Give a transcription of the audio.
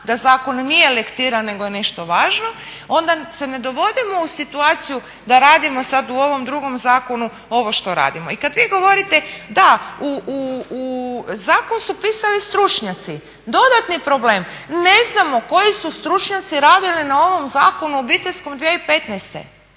da zakon nije lektira nego je nešto važno. Onda se ne dovodimo u situaciju da radimo sad u ovom drugom zakonu ovo što radimo. I kad vi govorite, da, zakon su pisali stručnjaci. Dodatni problem, ne znamo koji su stručnjaci radili na ovom zakonu obiteljskom 2015.,